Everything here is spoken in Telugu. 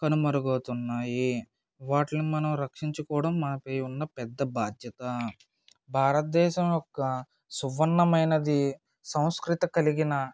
కనుమరుగవుతున్నాయి వాటిని మనం రక్షించుకోవడం మాకి ఉన్న పెద్ద బాధ్యత భారతదేశం యొక్క సువర్ణమైనది సంస్కృతి కలిగిన